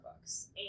books